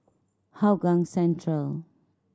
Hougang Central